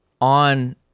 on